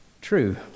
true